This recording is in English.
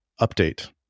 update